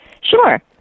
Sure